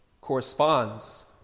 corresponds